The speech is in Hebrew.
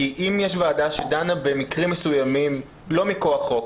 כי אם יש וועדה שדנה במקרים מסוימים לא מכוח חוק,